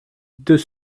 deux